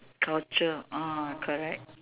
culture ah correct